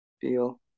feel